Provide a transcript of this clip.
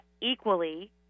equally